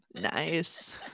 Nice